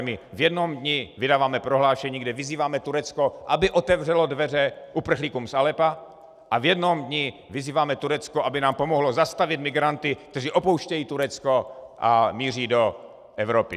My v jednom dni vydáváme prohlášení, kde vyzýváme Turecko, aby otevřelo dveře uprchlíkům z Aleppa, a v jednom dni vyzýváme Turecko, aby nám pomohlo zastavit migranty, kteří opouštějí Turecko a míří do Evropy.